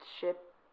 ship